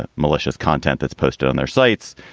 ah malicious content that's posted on their sites.